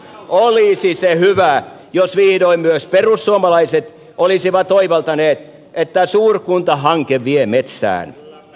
olisi se hyvä jos vihdoin myös perussuomalaiset olisivat oivaltaneet että suurkuntahanke vie metsään